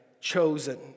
chosen